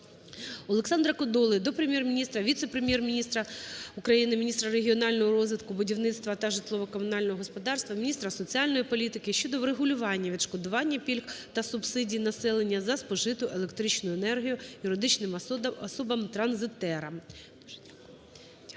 Олександра Кодоли до Прем'єр-міністра, Віце-прем’єр-міністра України - міністра регіонального розвитку, будівництва та житлово-комунального господарства України, міністра соціальної політики щодо врегулювання відшкодування пільг та субсидій населення за спожиту електричну енергію юридичним особам - "транзитерам".